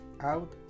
out